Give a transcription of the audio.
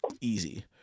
easy